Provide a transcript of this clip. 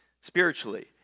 spiritually